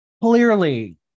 Clearly